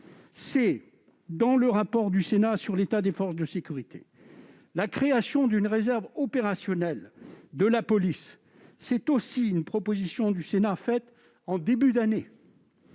d'enquête du Sénat sur l'état des forces de sécurité intérieure. La création d'une réserve opérationnelle de la police, c'est aussi une proposition du Sénat, faite en début d'année